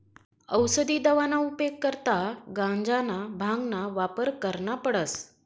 औसदी दवाना उपेग करता गांजाना, भांगना वापर करना पडस